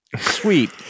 sweet